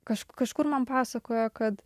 kažk kažkur man pasakojo kad